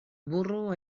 burro